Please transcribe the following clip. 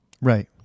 Right